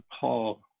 Paul